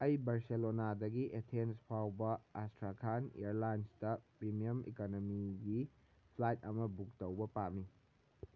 ꯑꯩ ꯕꯔꯁꯦꯂꯣꯅꯥꯗꯒꯤ ꯑꯦꯊꯦꯟꯁ ꯐꯥꯎꯕ ꯑꯁꯊ꯭ꯔꯈꯥꯟ ꯏꯌꯥꯔ ꯂꯥꯏꯟꯁꯇ ꯄ꯭ꯔꯤꯃꯤꯌꯝ ꯑꯦꯀꯥꯗꯃꯤꯒꯤ ꯐ꯭ꯂꯥꯏꯠ ꯑꯃ ꯕꯨꯛ ꯇꯧꯕ ꯄꯥꯝꯃꯤ